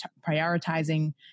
prioritizing